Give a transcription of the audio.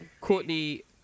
Courtney